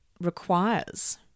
requires